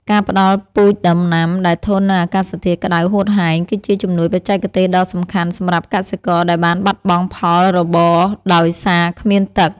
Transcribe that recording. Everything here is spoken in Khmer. ការផ្តល់ពូជដំណាំដែលធន់នឹងអាកាសធាតុក្តៅហួតហែងគឺជាជំនួយបច្ចេកទេសដ៏សំខាន់សម្រាប់កសិករដែលបានបាត់បង់ផលរបរដោយសារគ្មានទឹក។